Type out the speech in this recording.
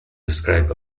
described